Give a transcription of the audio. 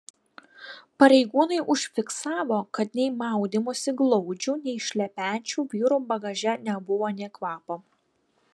pareigūnai užfiksavo kad nei maudymosi glaudžių nei šlepečių vyrų bagaže nebuvo nė kvapo